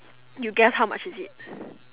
you guess how much is it